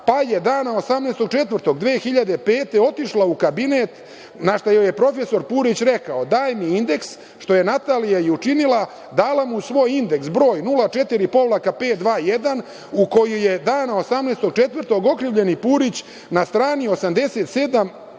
pa je dana 18.04.2005. godine otišla u kabinet, na šta joj je prof. Purić rekao – daj mi indeks, što je Natalija i učinila, dala mu je svoj indeks broj 04-521, u koji je, dana 18.04, okrivljeni Purić na strani 87.